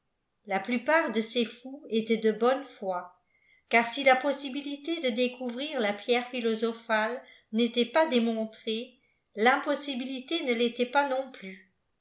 la plupart de ces fous étaient de bonne foi car si la possibilité de découvrir la pierre philosophile n'était pas dénkhtrée l'impossibilité ne l'était pas non plus